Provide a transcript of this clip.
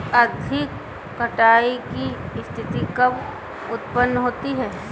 अधिक कटाई की स्थिति कब उतपन्न होती है?